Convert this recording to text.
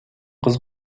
кыз